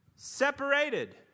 Separated